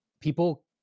people